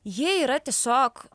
jie yra tiesiog